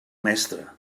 mestre